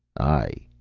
aye!